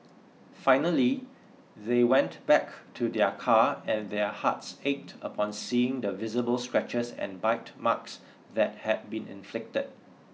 finally they went back to their car and their hearts ached upon seeing the visible scratches and bite marks that had been inflicted